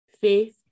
faith